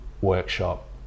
workshop